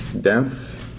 deaths